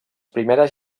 primeres